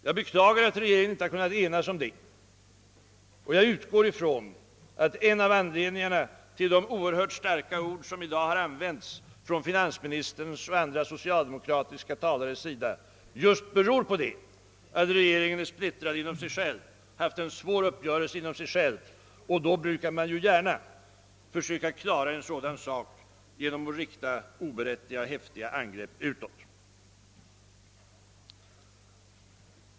Jag beklagar att regeringen inte har kunnat enas om detta förfaringssätt, och jag utgår från att en av anledningarna till de synnerligen starka ord som i dag har använts av finansministern och andra socialdemokratiska talare är att regeringen är splittrad och har haft en svår uppgörelse inbördes. En sådan sak brukar man ju försöka skyla över genom att rikta oberättigade och häftiga angrepp utåt.